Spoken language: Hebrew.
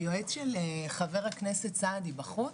היועץ של חבר הכנסת סעדי בחוץ?